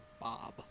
Bob